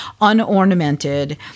unornamented